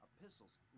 epistles